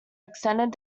extended